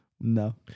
No